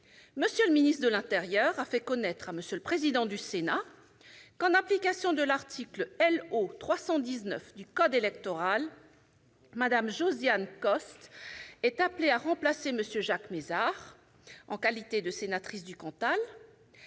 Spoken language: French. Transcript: M. le ministre de l'intérieur a fait connaître à M. le président du Sénat que, en application de l'article L.O. 319 du code électoral, Mme Josiane Costes est appelée à remplacer M. Jacques Mézard en qualité de sénatrice du Cantal